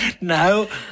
No